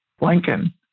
Lincoln